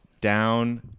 Down